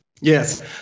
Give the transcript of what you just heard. Yes